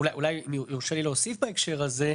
אם יורשה לי להוסיף בהקשר הזה,